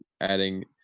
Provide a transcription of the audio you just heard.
adding